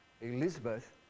Elizabeth